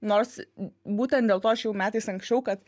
nors būtent dėl to aš ėjau metais anksčiau kad